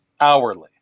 hourly